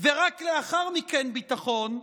ורק לאחר מכן ביטחון,